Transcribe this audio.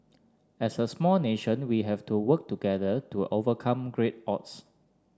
as a small nation we have to work together to overcome great odds